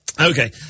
Okay